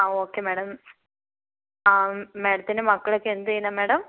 ആ okay madam ആ മേഡത്തിൻ്റെ മക്കളൊക്കെ എന്ത് ചെയ്യുന്നു മേഡം